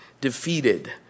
defeated